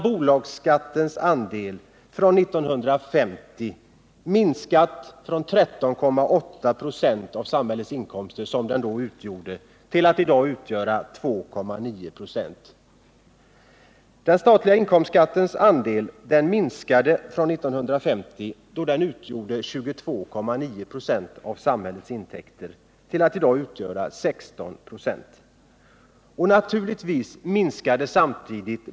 Bolagsskattens andel har sedan 1950 minskat från 13,8 96 av samhällets inkomster till att i dag utgöra 2,9 96. Den statliga inkomstskattens andel har minskat från 1950, då den utgjorde 22,9 96 av samhällets intäkter, till att i dag utgöra 16 96.